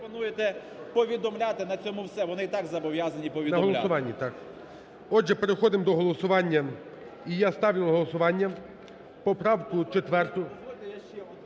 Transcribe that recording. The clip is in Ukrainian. пропонуєте повідомляти на цьому і все, вони і так зобов'язані повідомляти. ГОЛОВУЮЧИЙ. На голосуванні, так? Отже, переходимо до голосування, і я ставлю на голосування поправку четверту…